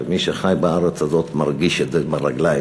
ומי שחי בארץ הזאת מרגיש את זה ברגליים,